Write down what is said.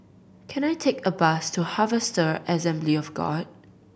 can I take a bus to Harvester Assembly of God